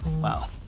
wow